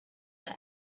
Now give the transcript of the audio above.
the